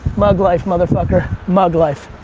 mug life mother fucker, mug life.